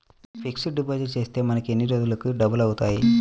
Fixed deposit చేస్తే మనకు ఎన్ని రోజులకు డబల్ అవుతాయి?